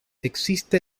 existe